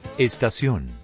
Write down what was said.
Estación